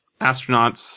astronauts